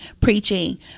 preaching